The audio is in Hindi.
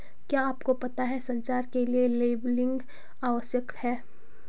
क्या आपको पता है संचार के लिए लेबलिंग आवश्यक है?